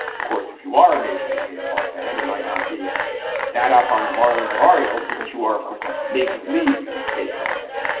of course, if you are a major league baseball fan, you might not be that up on the marlins or orioles because you are, of course, a major league baseball fan.